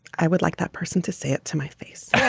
i would like that person to say it to my face.